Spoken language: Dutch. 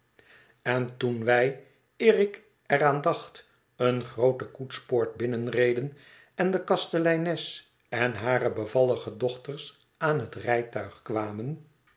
en toen wij eer ik er aan dacht eene groote koetspoort binnenreden en de kasteleines en hare bevallige dochters aan het rijtuig kwamen